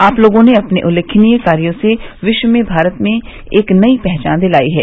आप लोगों ने अपने उल्लेखनीय कार्यो से विश्व में भारत में एक नई पहचान दिलाई है